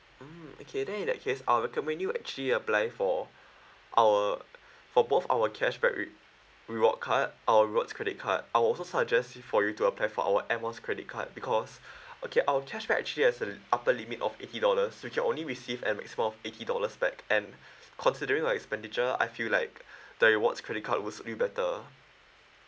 mm okay then in that case I'll recommend you actually apply for our for both our cashback re~ reward card our rewards credit card I will also suggest you for you to apply for our air miles credit card because okay our cashback actually has a l~ upper limit of eighty dollars you can only receive a maximum of eighty dollars back and considering your expenditure I feel like the rewards credit card will suit you better